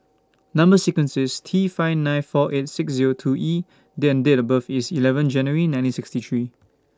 Number sequence IS T five nine four eight six Zero two E and Date of birth IS eleven January nineteen sixty three